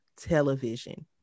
television